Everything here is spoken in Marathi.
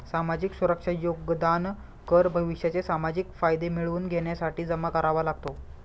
सामाजिक सुरक्षा योगदान कर भविष्याचे सामाजिक फायदे मिळवून घेण्यासाठी जमा करावा लागतो